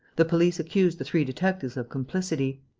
the police accused the three detectives of complicity.